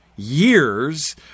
years